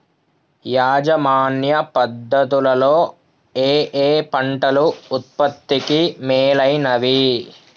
యాజమాన్య పద్ధతు లలో ఏయే పంటలు ఉత్పత్తికి మేలైనవి?